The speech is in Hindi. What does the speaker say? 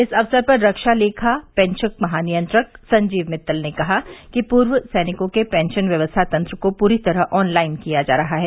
इस अक्सर पर रक्षा लेखा पेंशन महानियंत्रक संजीव मित्तल ने कहा कि पूर्व सैनिकों के पेंशन व्यवस्था तंत्र को पूरी तरह ऑन लाइन किया जा रहा है